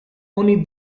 oni